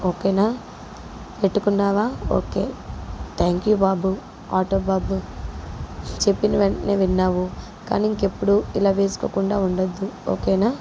ఓకేనా పెట్టుకున్నావా okay thank you బాబు ఆటో బాబు చెప్పిన వెంటనే విన్నావు కానీ ఇంకెప్పుడు ఇలా వేసుకోకుండా ఉండొద్దు ఓకేనా